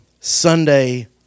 Sunday